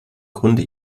grunde